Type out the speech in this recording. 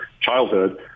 childhood